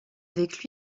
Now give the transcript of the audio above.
avec